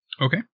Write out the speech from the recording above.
Okay